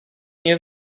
nie